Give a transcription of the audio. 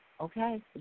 Okay